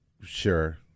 sure